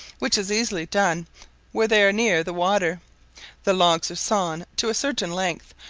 which is easily done where they are near the water the logs are sawn to a certain length,